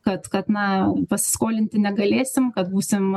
kad kad na pasiskolinti negalėsim kad būsim